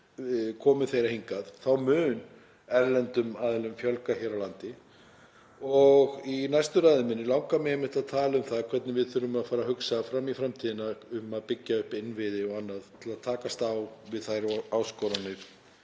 komu þeirra hingað, þá mun erlendum aðilum fjölga hér á landi. Í næstu ræðu minni langar mig einmitt að tala um það hvernig við þurfum að fara að hugsa fram í framtíðina um að byggja upp innviði og annað til að takast á við þær áskoranir